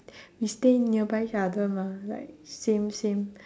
we stay nearby each other mah like same same